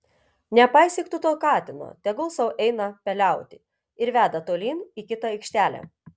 nepaisyk tu to katino tegul sau eina peliauti ir veda tolyn į kitą aikštelę